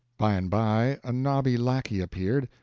by and by a nobby lackey appeared,